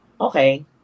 Okay